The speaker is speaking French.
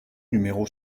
numéro